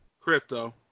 Crypto